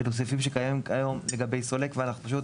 אלו הסעיפים שקיימים היום לגבי סולק ואנחנו פשוט